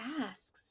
asks